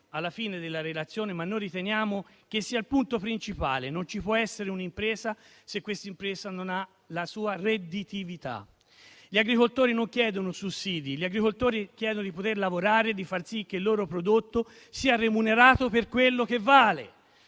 alla fine della relazione, ma noi riteniamo che sia il punto principale: non ci può essere un'impresa se questa impresa non ha la sua redditività. Gli agricoltori non chiedono sussidi, essi chiedono di poter lavorare e di far sì che il loro prodotto sia remunerato per quello che vale,